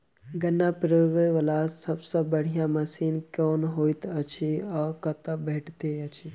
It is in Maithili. गन्ना पिरोबै वला सबसँ बढ़िया मशीन केँ होइत अछि आ कतह भेटति अछि?